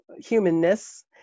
humanness